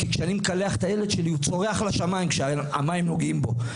כי כשאני מקלח את הילד שלי הוא צורח לשמיים כשהמים נוגעים בו.